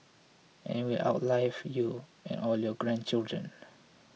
and will outlive you and all your grandchildren